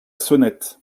sonnette